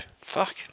fuck